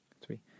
three